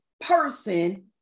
person